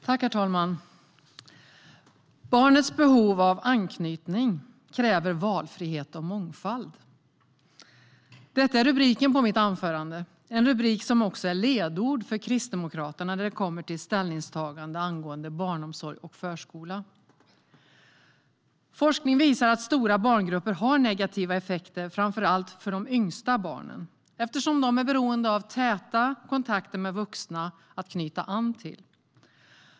Herr talman! Barnets behov av anknytning kräver valfrihet och mångfald. Det är rubriken på mitt anförande, en rubrik som också är ledord för Kristdemokraterna när det kommer till ställningstaganden angående barnomsorg och förskola. Forskning visar att stora barngrupper har negativa effekter, framför allt på de yngsta barnen eftersom de är beroende av täta kontakter med vuxna att knyta an till.